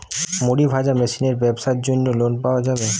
মুড়ি ভাজা মেশিনের ব্যাবসার জন্য লোন পাওয়া যাবে?